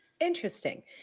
Interesting